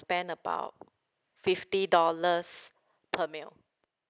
spend about fifty dollars per meal